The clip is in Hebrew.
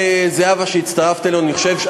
אדוני היושב-ראש,